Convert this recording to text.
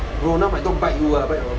bro now my dog bite you lah bite your